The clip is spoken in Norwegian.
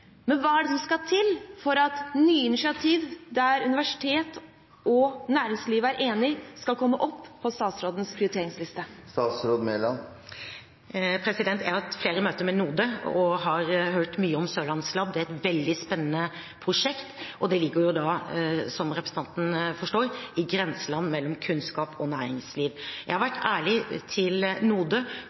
men hva er det som skal til for at nye initiativ, der universitet og næringsliv er enige, skal komme opp på statsrådens prioriteringsliste? Jeg har hatt flere møter med NODE og har hørt mye om Sørlandslab. Det er et veldig spennende prosjekt, og det ligger – som representanten forstår – i grenseland mellom kunnskap og næringsliv. Jeg har vært ærlig overfor NODE